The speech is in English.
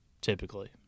typically